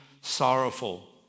sorrowful